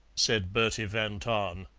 said bertie van tahn.